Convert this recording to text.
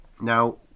now